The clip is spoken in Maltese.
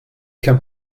kemm